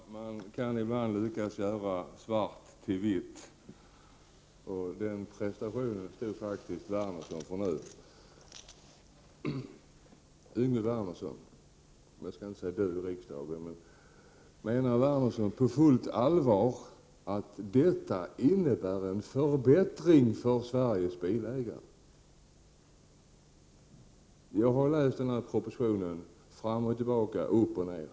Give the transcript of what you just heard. Herr talman! Man kan ibland lyckas göra svart till vitt, och den prestationen stod faktiskt Yngve Wernersson för nu. Menar Yngve Wernersson på fullt allvar att detta innebär en förbättring för Sveriges bilägare? Jag har läst den här propositionen fram och tillbaka, upp och ner.